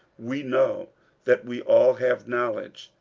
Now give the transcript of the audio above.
we know that we all have knowledge.